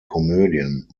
komödien